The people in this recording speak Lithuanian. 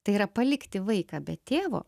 tai yra palikti vaiką be tėvo